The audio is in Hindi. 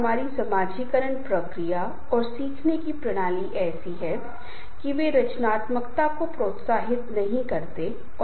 अनौपचारिक समूह संगठनों में एक मजबूत प्रभाव डाल सकते हैं जो या तो सकारात्मक या नकारात्मक हो सकते हैं